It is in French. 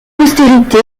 postérité